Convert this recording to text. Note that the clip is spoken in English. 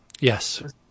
Yes